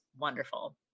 wonderful